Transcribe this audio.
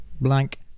blank